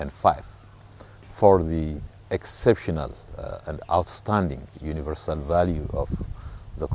and five for the exception of an outstanding universe and value of the